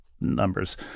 numbers